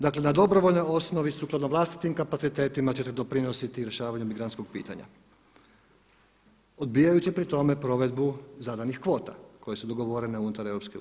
Dakle, na dobrovoljnoj osnovi sukladno vlastitim kapacitetima ćete doprinositi rješavanju emigrantskog pitanja odbijajući pri tome provedbu zadanih kvota koje su dogovorene unutar EU.